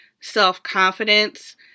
self-confidence